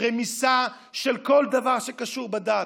רמיסה של כל דבר שקשור בדת,